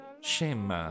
Shame